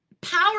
power